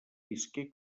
visqué